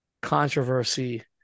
controversy